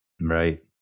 Right